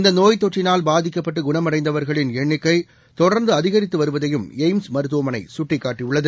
இந்தநோய் தொற்றினால் பாதிக்கப்பட்டு குணமடைந்தவர்கள் எண்ணிக்கைதொடர்ந்துஅதிகரித்துவருவதையும் எய்ம்ஸ் மருத்துவமனைசுட்டிக்காட்டியுள்ளது